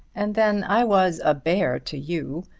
and then i was a bear to you.